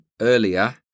earlier